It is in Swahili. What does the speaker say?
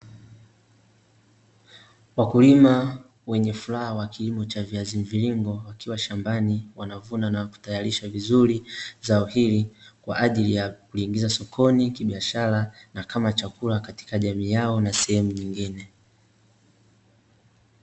Wakulima wenye furaha wa kilimo cha viazi mviringo, wakiwa shambani wanavuna na kutayarisha vizuri zao hili, kwaajili ya kuliingiza sokoni kibiashara na kama chakula katika jamii yao, na sehemu nyingine.